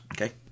Okay